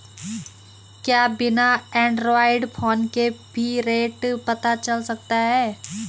क्या बिना Android phone के भी रेट पता चल सकता है?